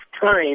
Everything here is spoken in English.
time